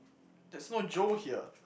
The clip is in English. there's no Joe here